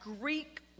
Greek